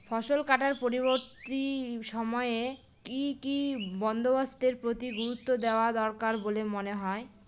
ফসলকাটার পরবর্তী সময়ে কি কি বন্দোবস্তের প্রতি গুরুত্ব দেওয়া দরকার বলে মনে হয়?